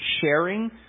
sharing